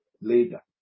later